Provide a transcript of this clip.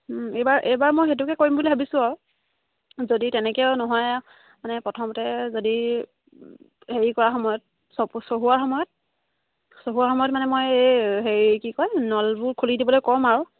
এইবাৰ এইবাৰ মই সেইটোকে কৰিম বুলি ভাবিছোঁ আৰু যদি তেনেকৈও নহয় মানে প্ৰথমতে যদি হেৰি কৰা সময়ত চহো চহোৱাৰ সময়ত চহোৱাৰ সময়ত মানে এই হেৰি কি কয় নলবোৰ খুলি দিবলৈ ক'ম আৰু